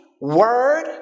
word